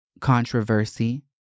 controversy